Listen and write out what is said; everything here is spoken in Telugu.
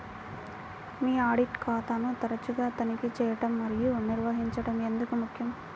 మీ ఆడిట్ ఖాతాను తరచుగా తనిఖీ చేయడం మరియు నిర్వహించడం ఎందుకు ముఖ్యం?